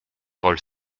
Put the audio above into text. rôles